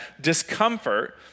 discomfort